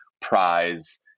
prize